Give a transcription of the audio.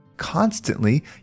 constantly